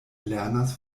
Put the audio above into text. lernas